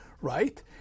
right